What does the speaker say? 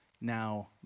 now